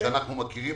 שאנחנו מכירים.